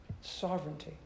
sovereignty